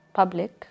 public